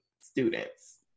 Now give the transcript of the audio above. students